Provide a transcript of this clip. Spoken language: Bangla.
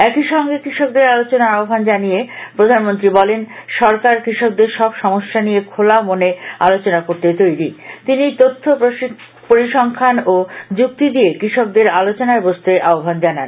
একইসঙ্গে কৃষকদের আলোচনার আহ্বান জানিয়ে প্রধানমন্ত্রী বলেন সরকার কৃষকদের সব সমস্যা নিয়ে খোলা মনে আলোচনা করতে তৈরী তিনি তথ্য পরিসংখ্যান ও যুক্তি দিয়ে কৃষকদের আলোচনায় বসতে আহ্বান জানান